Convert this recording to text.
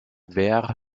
wer